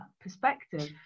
perspective